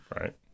right